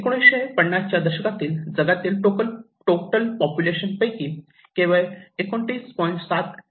1950 दशकात जगातील total population पैकी केवळ 29